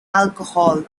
alcohol